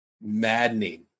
maddening